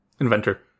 inventor